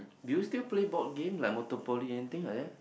do you still play board game like motor poly anything like that